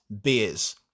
beers